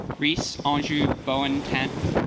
reese are and you bowen captain